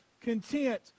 content